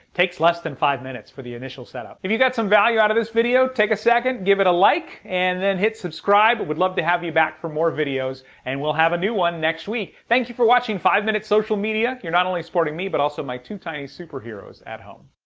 takes less than five minutes for the initial setup. if you got some value out of this video take a second give it a like and then hit subscribe but would love to have you back for more videos and we'll have a new one next week. thank you for watching five minute social media you're not only supporting me but also my two tiny superheroes at home